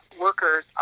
workers